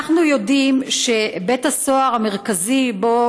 אנחנו יודעים שבית הסוהר המרכזי שבו